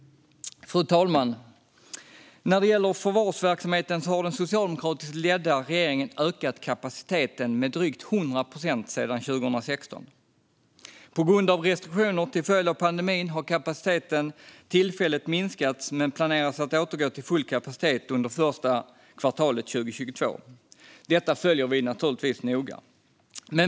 Fru talman! När det gäller förvarsverksamheten har den socialdemokratiskt ledda regeringen ökat kapaciteten med drygt 100 procent sedan 2016. På grund av restriktioner till följd av pandemin har kapaciteten tillfälligt minskat men planeras att återgå till full kapacitet under första kvartalet 2022. Detta följer vi givetvis noga.